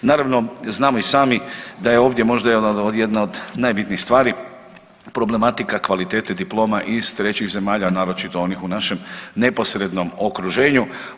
Naravno znamo i sami da je ovdje možda jedna od najbitnijih stvari problematika kvalitete diploma iz trećih zemalja, a naročito onih u našem neposrednom okruženju.